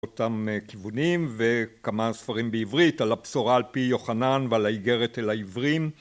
אותם כיוונים, וכמה ספרים בעברית על "הבשורה על פי יוחנן" ועל "האיגרת אל העברים"